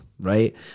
right